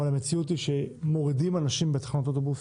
אבל המציאות היא שמורידים אנשים בתחנות אוטובוס,